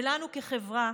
ולנו כחברה